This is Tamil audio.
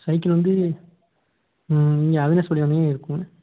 சைக்கிள் வந்து அதுலேயே இருக்கும்